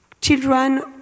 Children